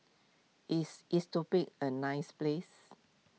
is Ethiopia a nice place